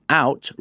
out